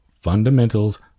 fundamentals